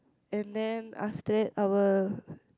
and then after that I will